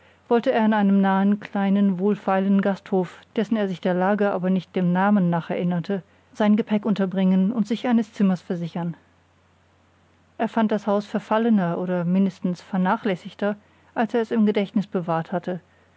wollte er in einem nahen kleinen wohlfeilen gasthof dessen er sich der lage aber nicht dem namen nach erinnerte sein gepäck unterbringen und sich eines zimmers versichern er fand das haus verfallener oder mindestens vernachlässigter als er es im gedächtnis bewahrt hatte